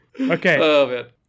Okay